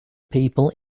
people